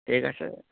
ঠিক আছে